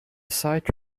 site